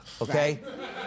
okay